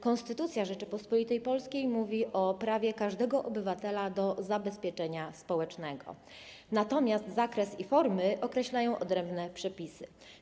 Konstytucja Rzeczypospolitej Polskiej mówi o prawie każdego obywatela do zabezpieczenia społecznego, natomiast zakres i formy określają odrębne przepisy.